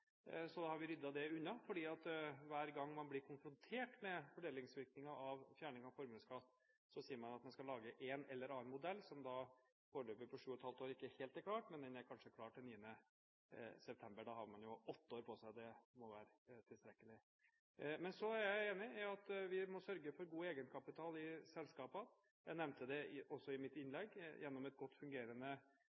har vi ryddet det unna. Hver gang man blir konfrontert med fordelingsvirkninger av fjerning av formuesskatt, sier man at man skal lage en eller annen modell, som foreløpig – etter sju og et halvt år – ikke helt er klar, men den er kanskje klar til 9. september. Da har man jo hatt åtte år på seg. Det må være tilstrekkelig. Jeg er enig i at vi må sørge for god egenkapital i selskapene – jeg nevnte det også i mitt innlegg – gjennom et godt fungerende